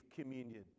communion